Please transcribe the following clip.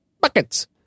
Buckets